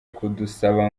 kudusaba